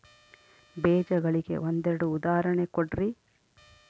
ಬೇಜಗಳಿಗೆ ಒಂದೆರಡು ಉದಾಹರಣೆ ಕೊಡ್ರಿ?